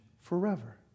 forever